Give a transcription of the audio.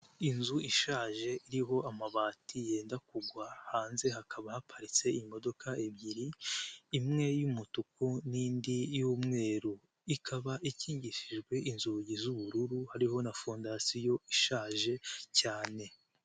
Inzu ishaje iriho amabati yenda kugwa, hanze hakaba haparitse imodoka ebyiri: imwe y'umutuku n'indi y'umweru. Ikaba ikingishijwe inzugi z'ubururu hariho na fondasiyo ishaje cyane.